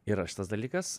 yra šitas dalykas